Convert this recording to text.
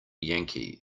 yankee